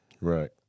Right